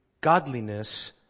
godliness